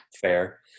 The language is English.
fair